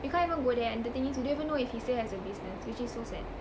we can't even go there and the thing is we don't even know if he still has a business which is so sad